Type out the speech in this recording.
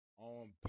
On